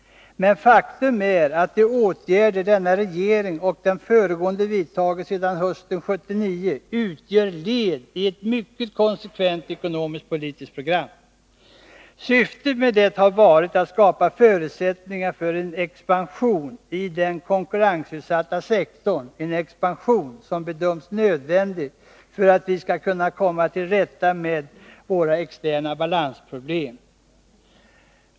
Men faktum är att de åtgärder denna regering och den föregående vidtagit sedan hösten 1979 utgör ett led i ett mycket konsekvent ekonomisk-politiskt program. Syftet med det har varit att skapa förutsättningar för en expansion i den konkurrensutsatta sektorn, en expansion som bedöms nödvändig för att vi skall kunna komma till rätta med våra externa balansproblem.